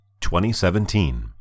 2017